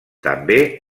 també